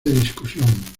discusión